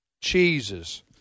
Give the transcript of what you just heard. cheeses